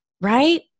right